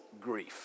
grief